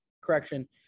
Correction